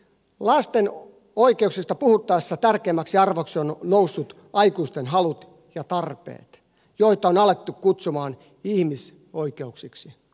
lasten oikeuksista puhuttaessa tärkeimmäksi arvoksi ovat nousseet aikuisten halut ja tarpeet joita on alettu kutsumaan ihmisoikeuksiksi